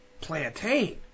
plantain